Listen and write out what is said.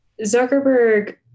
Zuckerberg